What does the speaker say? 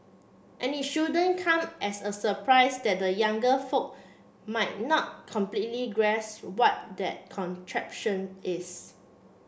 and it shouldn't come as a surprise that the younger folk might not completely grasp what that contraption is